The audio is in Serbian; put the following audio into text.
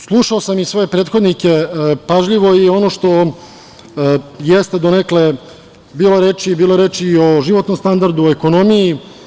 Slušao sam i svoje prethodnike pažljivo i ono što jeste donekle bilo reči, bilo je reči o životnom standardu, ekonomiji.